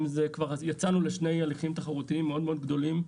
יצאנו לשני הליכים תחרותיים מאוד גדולים.